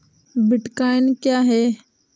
Bitcoin क्या है?